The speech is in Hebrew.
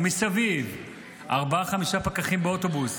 המסביב: ארבעה-חמישה פקחים באוטובוס